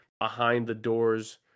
behind-the-doors